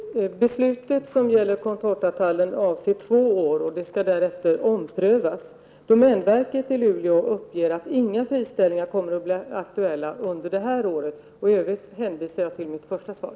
Herr talman! Beslutet som gäller contortatallen avser två år, och det skall därefter omprövas. Domänverket i Luleå uppger att inga friställningar kommer att bli aktuella under detta år. I övrigt hänvisar jag till mitt första svar.